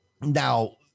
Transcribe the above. Now